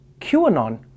QAnon